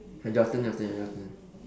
your turn your turn your turn